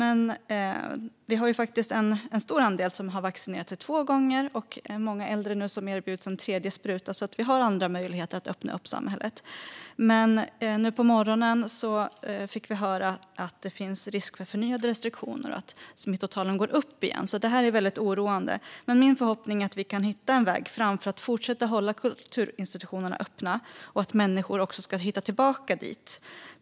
En stor andel har vaccinerat sig två gånger, och många äldre erbjuds nu en tredje spruta. Vi har alltså andra möjligheter att öppna upp samhället. Men på morgonen fick vi höra att det finns risk för förnyade restriktioner och att smittotalen går upp igen. Det är väldigt oroande. Min förhoppning är dock att vi kan hitta en väg fram för att fortsätta hålla kulturinstitutionerna öppna och för att människor ska hitta tillbaka dit.